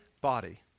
body